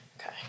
Okay